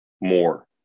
more